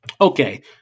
okay